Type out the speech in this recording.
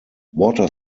water